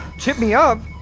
chip me up?